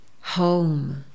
Home